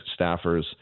staffers